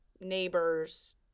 neighbors